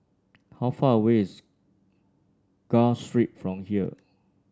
how far away is Gul Street from here